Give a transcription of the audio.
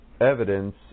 evidence